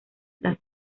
las